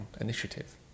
initiative